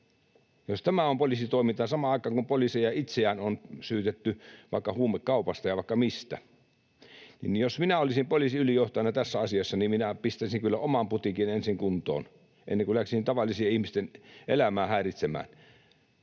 Jos tämä on poliisitoimintaa — samaan aikaan, kun poliiseja itseään on syytetty huumekaupasta ja vaikka mistä — ja jos minä olisin poliisiylijohtajana tässä asiassa, niin minä pistäisin kyllä oman putiikin ensin kuntoon, ennen kuin lähtisin tavallisten ihmisten elämää häiritsemään.